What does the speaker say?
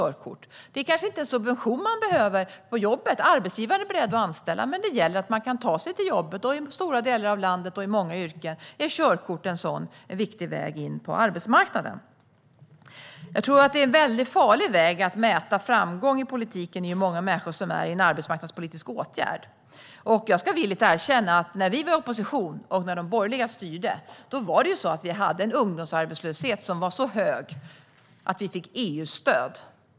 Det kanske inte är en subvention på jobbet man behöver. Arbetsgivaren kan vara beredd att anställa, men det gäller att man kan ta sig till jobbet. I stora delar av landet och i många yrken är körkort en sådan viktig väg in på arbetsmarknaden. Jag tror att det är en väldigt farlig väg att mäta framgång i politiken med hur många människor som är i en arbetsmarknadspolitisk åtgärd. Jag ska villigt erkänna att när vi var i opposition och de borgerliga styrde hade vi en ungdomsarbetslöshet som var så hög att vi fick EU-stöd.